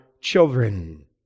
children